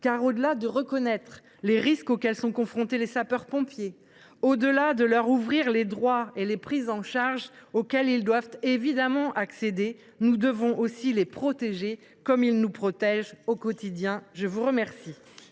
au delà de la reconnaissance des risques auxquels sont confrontés les sapeurs pompiers, au delà de l’ouverture des droits et des prises en charge auxquels ils doivent évidemment accéder, nous devons aussi les protéger, comme ils nous protègent au quotidien. La parole